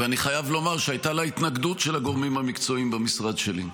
ואני חייב לומר שהייתה לה התנגדות של הגורמים המקצועיים במשרד שלי.